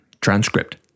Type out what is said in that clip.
transcript